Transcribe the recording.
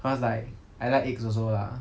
cause like I like eggs also lah